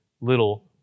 little